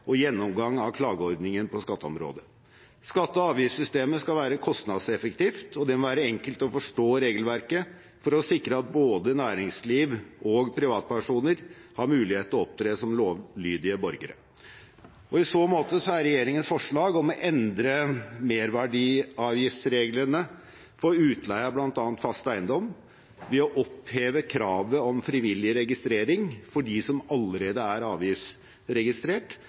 og gjennomgang av klageordningen på skatteområdet. Skatte- og avgiftssystemet skal være kostnadseffektivt, og det må være enkelt å forstå regelverket for å sikre at både næringsliv og privatpersoner har mulighet til å opptre som lovlydige borgere. I så måte er regjeringens forslag om å endre merverdiavgiftsreglene for utleie av bl.a. fast eiendom ved å oppheve kravet om frivillig registrering for dem som allerede er avgiftsregistrert,